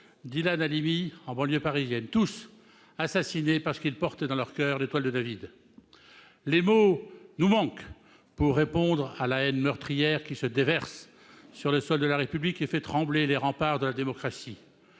d'Ilan Halimi en banlieue parisienne. Tous furent assassinés parce qu'ils portaient dans leur coeur l'étoile de David. Les mots nous manquent pour répondre à la haine meurtrière qui se déverse sur le sol de la République et fait trembler les remparts de la démocratie.